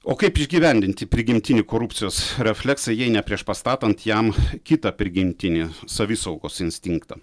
o kaip išgyvendinti prigimtinį korupcijos refleksą jei ne prieš pastatant jam kitą prigimtinį savisaugos instinktą